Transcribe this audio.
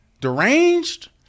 deranged